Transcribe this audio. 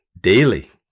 daily